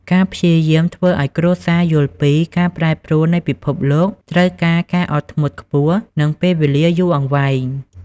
ការព្យាយាមធ្វើឱ្យគ្រួសារយល់ពី "ការប្រែប្រួលនៃពិភពលោក" ត្រូវការការអត់ធ្មត់ខ្ពស់ និងពេលវេលាយូរអង្វែង។